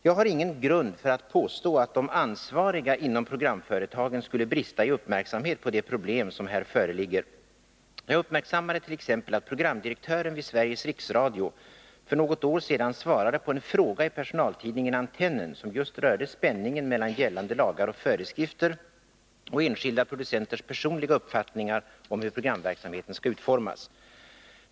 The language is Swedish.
Jag har ingen grund för att påstå att de ansvariga inom programföretagen skulle brista i uppmärksamhet på det problem som här föreligger. Jag uppmärksammade t.ex. att programdirektören vid Sveriges Riksradio för något år sedan svarade på en fråga i personaltidningen Antennen som just rörde spänningen mellan gällande lagar och föreskrifter och enskilda producenters personliga uppfattningar om hur programverksamheten skall utformas.